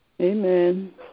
Amen